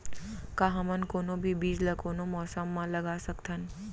का हमन कोनो भी बीज ला कोनो मौसम म लगा सकथन?